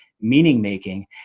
Meaning-Making